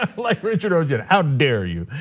ah like richard ojeda, how dare you?